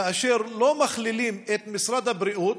כאשר לא מכלילים את משרד הבריאות,